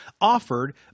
offered